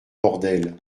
bordel